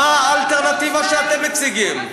מה האלטרנטיבה שאתם מציגים?